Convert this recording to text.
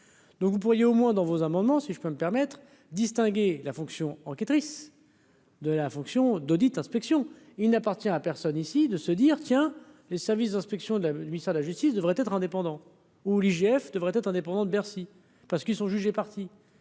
donc vous pourriez au moins dans vos un moment si je peux me permettre distinguer la fonction enquêtrice de la fonction d'audits inspection il n'appartient à personne, ici, de se dire : tiens, les services d'inspection de la nuit, ça la justice devrait être indépendant ou l'IGF devrait être indépendant de Bercy, parce qu'ils sont jugés partie